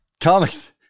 Comics